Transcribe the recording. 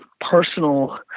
personal